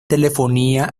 telefonía